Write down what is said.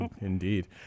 Indeed